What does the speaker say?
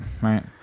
right